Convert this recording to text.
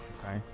Okay